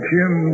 Jim